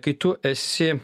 kai tu esi